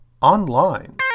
online